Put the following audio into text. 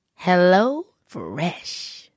HelloFresh